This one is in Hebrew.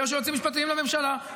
יש יועצים משפטיים לממשלה.